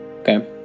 Okay